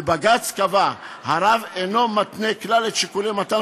ובג"ץ קבע: הרב אינו מתנה כלל את שיקולי מתן